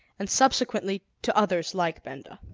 and subsequently to others like benda.